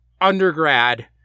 undergrad